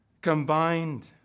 Combined